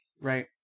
Right